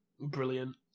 Brilliant